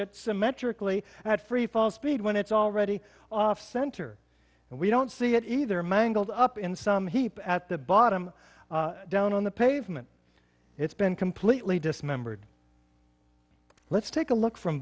at freefall speed when it's already off center and we don't see it either mangled up in some heap at the bottom down on the pavement it's been completely dismembered let's take a look from